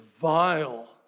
vile